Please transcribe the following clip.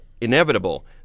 inevitable